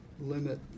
limit